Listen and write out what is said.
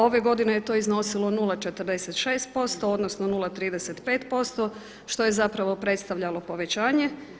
Ove godine je to iznosilo 0,46% odnosno 0,35% što je zapravo predstavljalo povećanje.